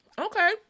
okay